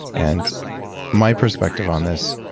and my perspective on this,